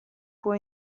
può